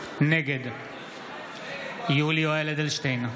נגד יולי יואל אדלשטיין,